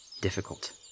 difficult